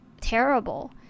terrible